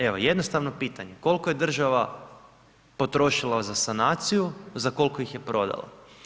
Evo, jednostavno pitanje, koliko je država potrošila za sanaciju, za koliko ih je prodala.